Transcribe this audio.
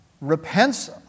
repents